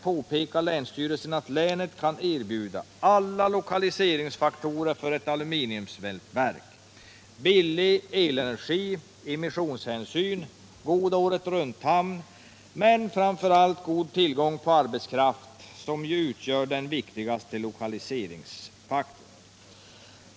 Länsstyrelsen påpekar att länet kan erbjuda alla lokaliseringsfaktorer för ett aluminiumsmältverk: billig elenergi, immissionshänsyn, god åretrunthamn, men framför allt god tillgång på arbetskraft, som utgör den viktigaste lokaliseringsfaktorn.